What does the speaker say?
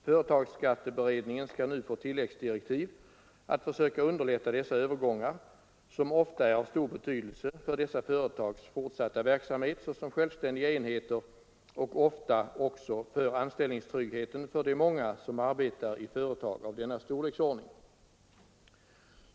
Företagsskatteberedningen skall nu få tilläggsdirektiv att försöka underlätta dessa övergångar, som ofta är av stor betydelse för företagens fortsatta verksamhet såsom självständiga enheter och ofta också för anställningstryggheten för de många som arbetar i företag av denna storleksordning.